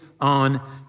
on